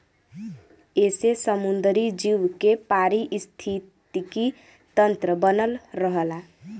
एसे समुंदरी जीव के पारिस्थितिकी तन्त्र बनल रहला